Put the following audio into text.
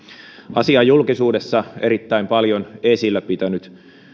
asiaa julkisuudessa erittäin paljon esillä pitänyt